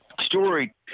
story